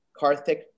Karthik